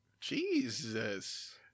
Jesus